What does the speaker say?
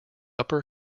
upper